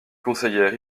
conseillait